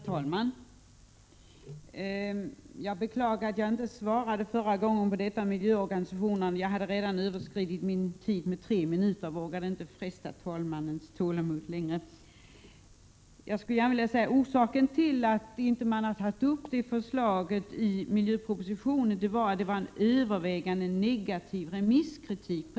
Herr talman! Jag beklagar att jag inte svarade förra gången om miljöorganisationerna, men jag hade redan överskridit min tid med tre minuter och vågade inte fresta talmannens tålamod ytterligare. Orsaken till att man inte tog upp förslaget i miljöpropositionen var att förslaget fått övervägande negativ remisskritik.